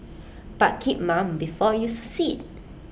but keep mum before you succeed